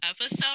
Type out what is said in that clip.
episode